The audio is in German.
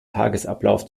tagesablauf